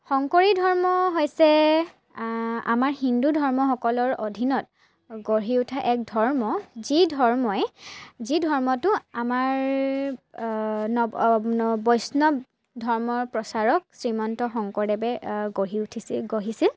শংকৰী ধৰ্ম হৈছে আমাৰ হিন্দু ধৰ্মসকলৰ অধীনত গঢ়ি উঠা এক ধৰ্ম যি ধৰ্মই যি ধৰ্মটো আমাৰ নৱ বৈষ্ণৱ ধৰ্মৰ প্ৰচাৰক শ্ৰীমন্ত শংকৰদেৱে গঢ়ি উঠিছিল গঢ়িছিল